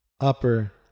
upper